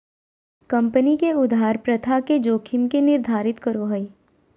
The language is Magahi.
कम्पनी के उधार प्रथा के जोखिम के निर्धारित करो हइ